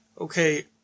okay